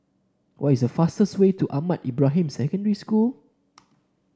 what is a fastest way to Ahmad Ibrahim Secondary School